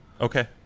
Okay